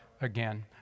again